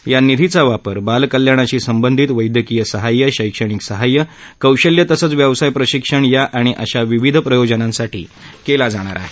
या निधीचा वापर बाल कल्याणाशी संबंधित वैद्यकीय सहाय शैक्षणिक सहाय्य कौशल्य तसंच व्यवसाय प्रशिक्षण या आणि अशा विविध प्रयोजनांसाठी केला जाणार आहे